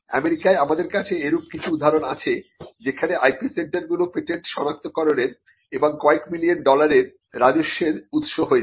আমেরিকায় আমাদের কাছে এরূপ কিছু উদাহরণ আছে যেখানে IP সেন্টারগুলি পেটেন্ট শনাক্তকরণের এবং কয়েক মিলিয়ন ডলারের রাজস্বের উৎস হয়েছে